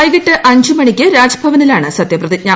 വൈകിട്ട് അഞ്ച് മണിക്ക് രാജ്ഭവനിലാണ് സത്യപ്രതിജ്ഞ